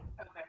Okay